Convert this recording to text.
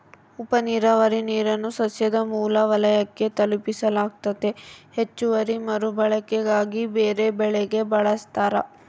ಉಪನೀರಾವರಿ ನೀರನ್ನು ಸಸ್ಯದ ಮೂಲ ವಲಯಕ್ಕೆ ತಲುಪಿಸಲಾಗ್ತತೆ ಹೆಚ್ಚುವರಿ ಮರುಬಳಕೆಗಾಗಿ ಬೇರೆಬೆಳೆಗೆ ಬಳಸ್ತಾರ